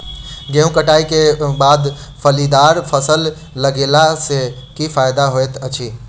गेंहूँ कटाई केँ बाद फलीदार फसल लगेला सँ की फायदा हएत अछि?